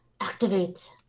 activate